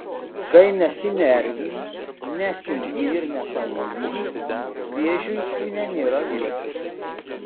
kai nesinervini nesiunti ir nepavydi vėžiui kūne nėra vietos